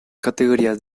categorías